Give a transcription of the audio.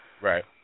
Right